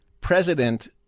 president